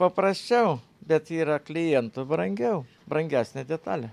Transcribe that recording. paprasčiau bet yra klientui brangiau brangesnė detalė